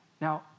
Now